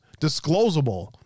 disclosable